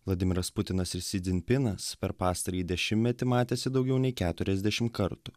vladimiras putinas ir si dzinpinas per pastarąjį dešimtmetį matėsi daugiau nei keturiasdešim kartų